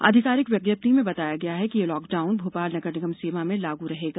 आधिकारिक विज्ञप्ति में बताया गया है कि ये लॉकडाउन भोपाल नगरनिगम सीमा में लागू रहेगा